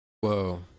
Whoa